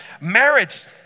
marriage